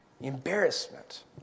Embarrassment